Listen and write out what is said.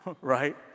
right